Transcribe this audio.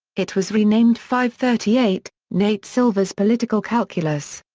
it was renamed fivethirtyeight nate silver's political calculus.